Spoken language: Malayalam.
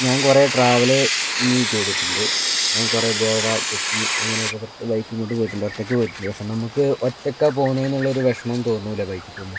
ഞാൻ കൊറേ ട്രാവല്ഗി ചെയ്തിട്ട്ണ്ട് ഞാൻ കൊറേ ഗോവ കൊച്ചി അങ്ങനെയെക്ക പൊറത്ത് ബൈക്കും കൊണ്ട് പോയിട്ട്ണ്ടൊറ്റക്ക് പോയിട്ട്ണ്ട് പഷെ നമക്ക് ഒറ്റക്കാ പോവ്ന്നേന്ന്ള്ളൊരു വെഷ്മം തോന്നൂല്ല ബൈക്ക് പോവ്മ്പൊ